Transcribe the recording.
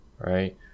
right